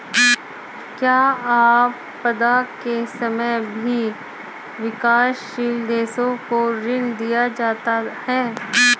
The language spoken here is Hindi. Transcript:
क्या आपदा के समय भी विकासशील देशों को ऋण दिया जाता है?